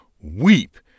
weep